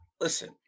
Listen